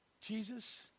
Jesus